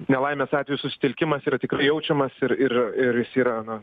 nelaimės atveju susitelkimas yra tikrai jaučiamas ir ir ir jis yra na